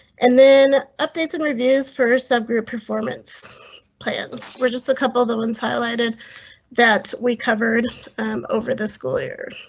and then updates interviews for subgroup performance plans were just a couple of the ones highlighted that we covered over the schoolyard.